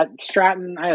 Stratton